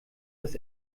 das